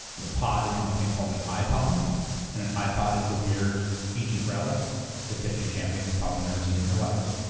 the pod is from a thing called an ipod and an ipod is a weird ancient relic that tiffany champion has probably never seen in her life.